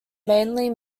mainly